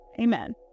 Amen